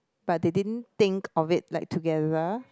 but they didn't think of it like together